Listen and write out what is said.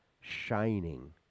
shining